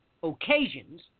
occasions